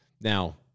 Now